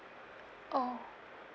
oh